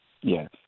Yes